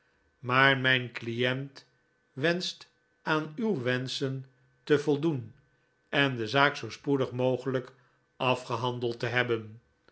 maar mijn client wenscht aan uw wenschen te voldoen en de zaak zoo spoedig mogelijk afgehandeld te hebben